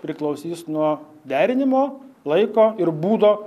priklausys nuo derinimo laiko ir būdo